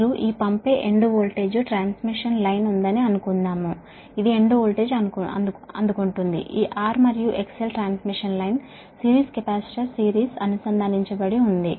మీకు ఈ పంపే ఎండ్ వోల్టేజ్ ట్రాన్స్మిషన్ లైన్ ఉందని అనుకుందాం ఇది ఎండ్ వోల్టేజ్ అందుకుంటుంది ఈ R మరియు XL transmission line series capacitor series అనుసంధానించబడి ఉంది